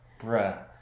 bruh